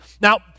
Now